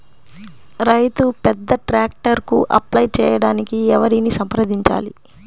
రైతు పెద్ద ట్రాక్టర్కు అప్లై చేయడానికి ఎవరిని సంప్రదించాలి?